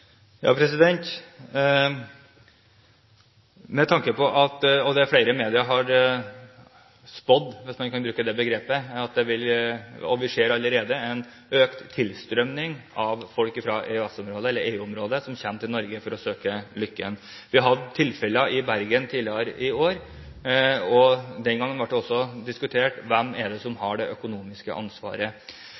med. Flere medier har spådd, hvis en kan bruke det begrepet – og vi ser det allerede – en økt tilstrømning av folk fra EØS-området eller EU-området som kommer til Norge for å søke lykken. Vi hadde tilfeller i Bergen tidligere i år, og den gangen ble det også diskutert hvem det er som har det økonomiske ansvaret.